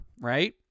right